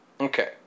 Okay